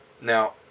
Now